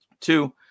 Two